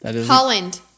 Holland